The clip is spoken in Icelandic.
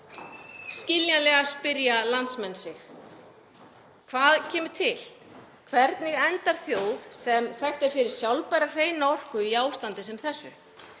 Skiljanlega spyrja landsmenn sig: Hvað kemur til? Hvernig endar þjóð sem þekkt er fyrir sjálfbæra hreina orku í ástandi sem þessu?